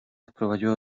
wprowadziła